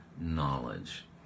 knowledge